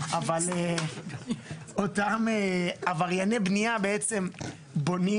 אותם עברייני בנייה בעצם בונים,